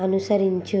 అనుసరించు